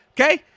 okay